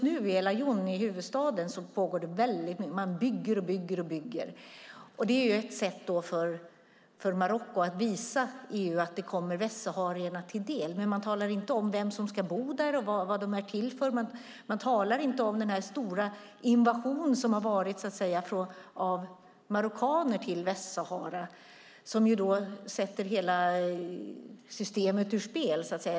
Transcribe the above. Nu håller man på och bygger och bygger i huvudstaden Al-Ayun. Det är ett sätt för Marocko att visa EU att det kommer västsaharierna till del. Men man talar inte om vem som ska bo där, och vad det är till för. Man talar inte om den stora invasion som har varit av marockaner till Västsahara. Det sätter hela systemet ur spel.